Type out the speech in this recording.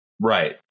Right